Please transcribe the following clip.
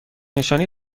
نشانی